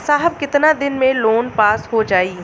साहब कितना दिन में लोन पास हो जाई?